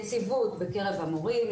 יציבות בקרב המורים,